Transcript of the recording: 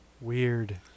Weird